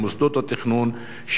במוסדות התכנון,